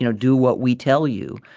you know do what we tell you.